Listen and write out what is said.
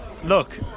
Look